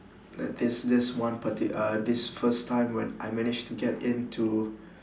like this this one parti~ uh this first time when I managed to get into